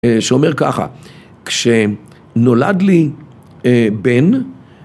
שאומר ככה כשנולד לי בן